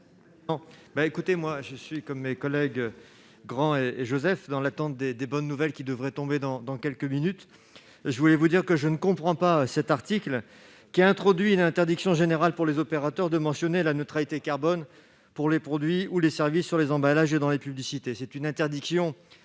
Demilly. Je suis comme mes collègues Jean-Pierre Grand et Else Joseph dans l'attente des bonnes nouvelles qui devraient tomber dans quelques minutes. Je ne comprends pas cet article, qui introduit l'interdiction générale pour les opérateurs de mentionner la neutralité carbone des produits ou des services sur les emballages ou dans les publicités. C'est une interdiction